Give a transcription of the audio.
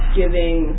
giving